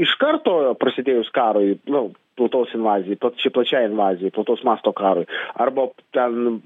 iš karto prasidėjus karui na tautos invazijai pla pačiai invazijai plataus masto karui arba ten